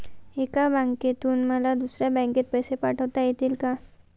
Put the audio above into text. एका बँकेतून मला दुसऱ्या बँकेत पैसे पाठवता येतील का?